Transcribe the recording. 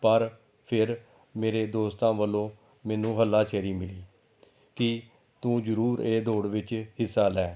ਪਰ ਫਿਰ ਮੇਰੇ ਦੋਸਤਾਂ ਵੱਲੋਂ ਮੈਨੂੰ ਹੱਲਾਸ਼ੇਰੀ ਮਿਲੀ ਕਿ ਤੂੰ ਜ਼ਰੂਰ ਇਹ ਦੌੜ ਵਿੱਚ ਹਿੱਸਾ ਲੈ